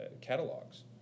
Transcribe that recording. catalogs